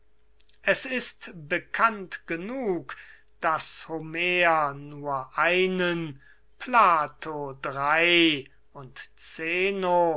es ist bekannt genug daß homer einen plato drei und zeno